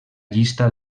llista